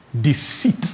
deceit